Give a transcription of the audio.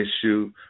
issue